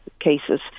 cases